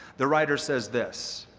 the writer says this.